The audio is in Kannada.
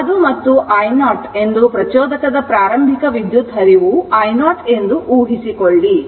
ಆದ್ದರಿಂದ ಅದು ಮತ್ತು i0 i0 ಎಂದು ಪ್ರಚೋದಕದ ಪ್ರಾರಂಭಿಕ ವಿದ್ಯುತ್ಪ್ರವಾಹ i0 ಎಂದು ಊಹಿಸಿಕೊಳ್ಳಿ